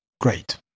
Great